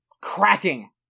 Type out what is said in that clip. cracking